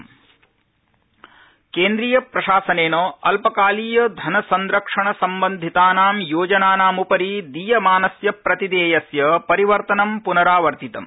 प्रतिद्यीपरावर्तनम् केन्द्रीयप्रशासनेन अल्पकालीय धनसंरक्षण संबंधितानां योजनानाम्परि दीयमानस्य प्रतिदेयस्य परिवर्तनम् पुनरावर्तितम्